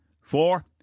Four